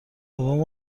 بابام